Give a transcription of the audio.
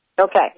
Okay